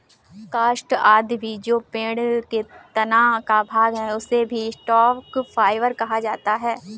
काष्ठ आदि भी जो पेड़ के तना का भाग है, उसे भी स्टॉक फाइवर कहा जाता है